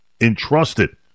entrusted